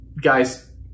guys